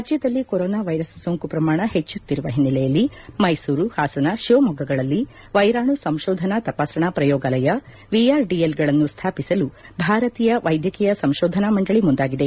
ರಾಜ್ಲದಲ್ಲಿ corona virus ಸೋಂಕು ಪ್ರಮಾಣ ಹೆಚ್ಚುತ್ತಿರುವ ಹಿನ್ನೆಲೆಯಲ್ಲಿ ಮೈಸೂರು ಹಾಸನ ಶಿವಮೊಗ್ಗಗಳಲ್ಲಿ ವೈರಾಣು ಸಂಶೋಧನಾ ತಪಾಸಣಾ ಪ್ರಯೋಗಾಲಯ ವಿಆರ್ಡಿಎಲ್ಗಳನ್ನು ಸ್ಥಾಪಿಸಲು ಭಾರತೀಯ ವೈದ್ಯಕೀಯ ಸಂಶೋಧನಾ ಮಂಡಳಿ ಮುಂದಾಗಿದೆ